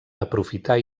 aprofitar